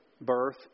birth